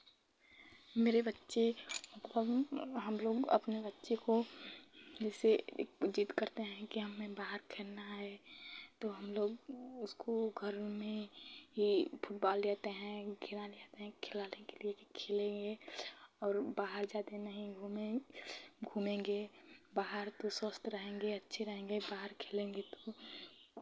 मेरे बच्चे मतलब हम लोग अपने बच्चे को जैसे एक ज़िद करते हैं कि हमें बाहर खेलना है तो हम लोग उसको घर में ही फुटबाल ले आते हैं खिलाने आते हैं खिलाने के लिए कि खेलेंगे और बाहर ज़्यादे नहीं घूमें घूमेंगे बाहर तो स्वस्थ रहेंगे अच्छे रहेंगे बाहर खेलेंगे तो